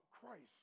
Christ